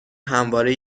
همواره